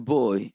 boy